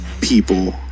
people